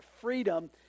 freedom